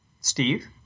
Steve